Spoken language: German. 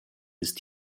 ist